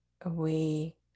away